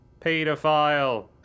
Pedophile